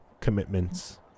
commitments